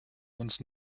uns